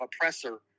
oppressor